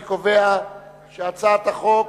אני קובע שהצעת החוק